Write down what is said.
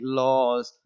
laws